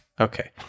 Okay